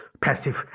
passive